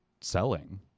selling